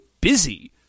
busy